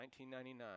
1999